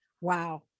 wow